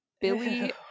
Billy